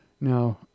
Now